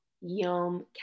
yom